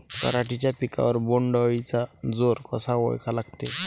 पराटीच्या पिकावर बोण्ड अळीचा जोर कसा ओळखा लागते?